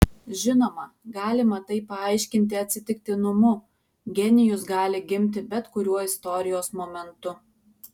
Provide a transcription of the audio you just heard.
žinoma galima tai paaiškinti atsitiktinumu genijus gali gimti bet kuriuo istorijos momentu